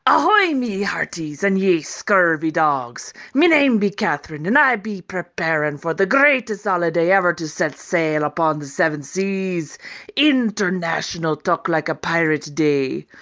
ahoy, me hearties and ye scurvy dogs. me name be catherine and i be preparing for the greatest holiday ever to set sail upon the seven seas international talk like a pirate day.